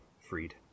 Freed